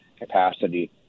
capacity